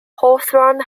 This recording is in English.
hawthorn